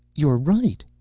you're right,